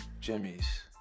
Jimmy's